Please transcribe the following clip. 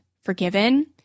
forgiven